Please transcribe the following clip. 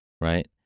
right